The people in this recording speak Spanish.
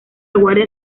guardia